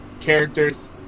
characters